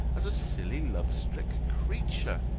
as a silly, love-sick creature.